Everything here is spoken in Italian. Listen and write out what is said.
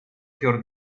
fior